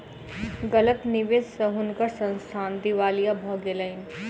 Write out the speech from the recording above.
गलत निवेश स हुनकर संस्थान दिवालिया भ गेलैन